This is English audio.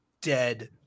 dead